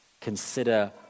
Consider